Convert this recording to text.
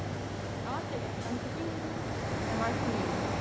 I want take I'm taking M_R_T